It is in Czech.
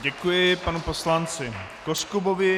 Děkuji panu poslanci Koskubovi.